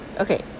Okay